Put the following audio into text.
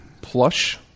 Plush